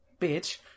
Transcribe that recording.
Bitch